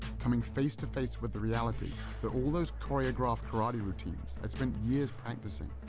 coming face to face with the reality that all those choreographed karate routines i'd spent years practicing,